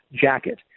jacket